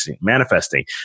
manifesting